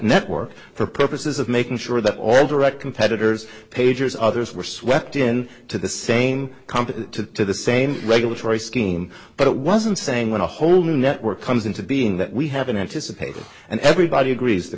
network for purposes of making sure that all direct competitors pagers others were swept in to the same company to the same regulatory scheme but it wasn't saying when a whole new network comes into being that we haven't anticipated and everybody agrees the